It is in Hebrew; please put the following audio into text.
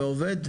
ועובד?